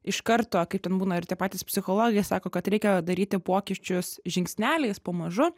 iš karto kaip ten būna ir tie patys psichologai sako kad reikia daryti pokyčius žingsneliais po mažu